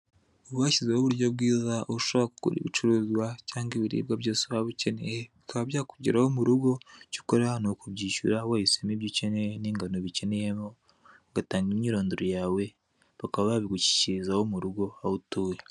Ubu hashyizweho uburyo bwiza aho ushobora kugura ibicuruzwa cyangwa ibiribwa byose waba ukeneye bikaba byakugeraho mu rugo, icyo ukora nukubyishurira wahisemo ibyo ukeneye n'ingano ubikeneyemo ugatanga imyirondoro yawe bakaba babigushyikirizaho mu rugo aho utuye.